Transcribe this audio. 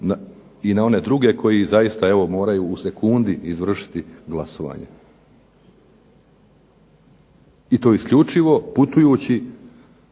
i na one druge koji zaista evo moraju u sekundi izvršiti glasovanje i to isključivo putujući